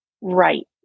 right